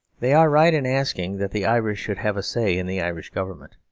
they are right in asking that the irish should have a say in the irish government,